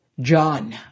John